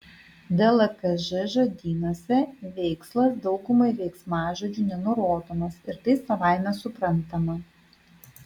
dlkž žodynuose veikslas daugumai veiksmažodžių nenurodomas ir tai savaime suprantama